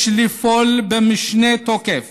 יש לפעול במשנה תוקף